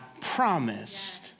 promised